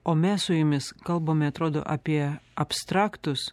o mes su jumis kalbame atrodo apie abstraktus